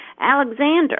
Alexander